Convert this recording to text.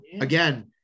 again